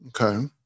Okay